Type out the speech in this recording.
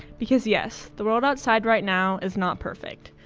because yes, the world outside right now is not perfect.